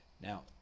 Now